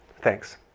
Thanks